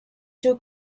too